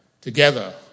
Together